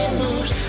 moves